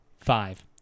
Five